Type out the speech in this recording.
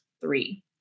three